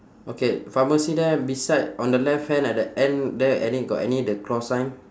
okay pharmacy there beside on the left hand at the end there any got any the cross sign